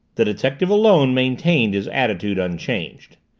the detective alone maintained his attitude unchanged.